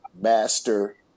master